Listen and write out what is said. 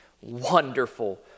wonderful